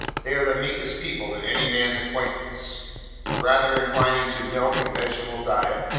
they are the meekest people in any man's acquaintance rather inclining to milk and vegetable diet,